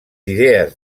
idees